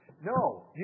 no